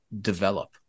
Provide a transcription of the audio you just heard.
develop